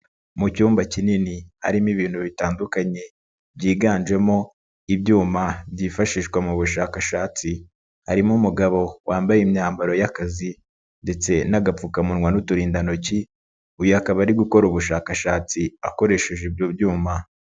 Mu icyumba kinini harimo ibintu bitandukanye byiganjemo ibyuma byifashishwa mu bushakashatsi, harimo umugabo wambaye imyambaro y'akazi ndetse n'agapfukamuwa n'uturindantoki. Uyu akaba ari gukora ubushakashatsi akoresheje ibyo byuma.